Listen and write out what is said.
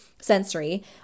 sensory